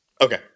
Okay